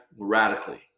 radically